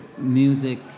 music